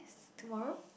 tomorrow